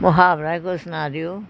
ਮੁਹਾਵਰਾ ਹੀ ਕੋਈ ਸੁਣਾ ਦਿਓ